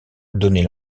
donnait